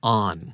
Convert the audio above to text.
on